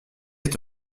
est